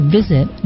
visit